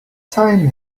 time